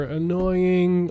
annoying